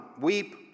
weep